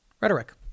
rhetoric